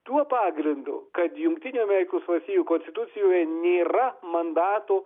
tuo pagrindu kad jungtinių amerikos valstijų konstitucijoje nėra mandatų